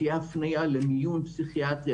תהיה הפנייה למיון פסיכיאטרי.